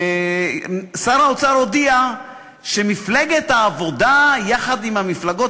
שר האוצר הודיע שמפלגת העבודה יחד עם המפלגות